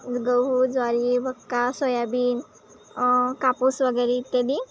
गहू ज्वारी मका सोयाबीन कापूस वगैरे इत्यादी